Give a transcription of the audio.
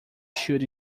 should